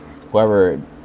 whoever